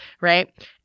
right